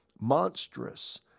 monstrous